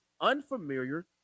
unfamiliar